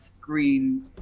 green